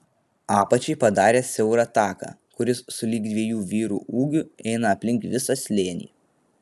apačiai padarė siaurą taką kuris sulig dviejų vyrų ūgiu eina aplink visą slėnį